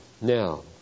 Now